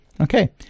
Okay